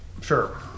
Sure